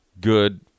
Good